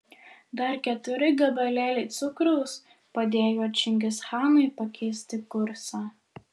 dar keturi gabalėliai cukraus padėjo čingischanui pakeisti kursą